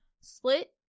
split